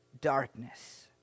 darkness